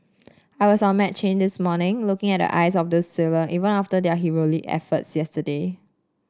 I was on McCain this morning looking at the eyes of those sailor even after their heroic efforts yesterday